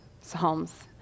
psalms